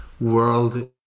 world